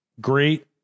Great